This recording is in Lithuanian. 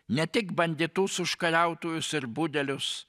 ne tik banditus užkariautojus ir budelius